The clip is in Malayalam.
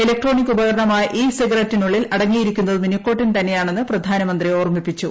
ഇലക്ട്രേ ടാണിക് ഉപകരണമായ ഇ സിഗററ്റിനുള്ളിൽ അടങ്ങിയിരിക്കുന്നതും നിക്കോട്ടിൻ തന്നെയാണെന്ന് പ്രധാനമന്ത്രി ഓർമ്മിപ്പിച്ചു